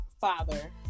father